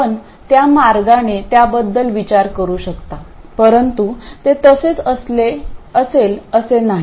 आपण त्या मार्गाने त्याबद्दल विचार करू शकता परंतु ते तसेच असेल असे नाही